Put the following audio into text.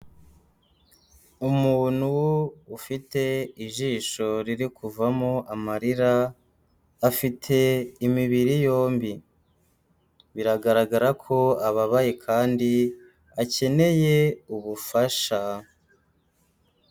Umuntu ufite ijisho riri kuvamo amarira afite imibiri yombi, biragaragara ko ababaye kandi akeneye ubufasha.